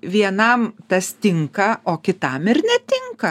vienam tas tinka o kitam ir netinka